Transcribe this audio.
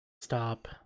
stop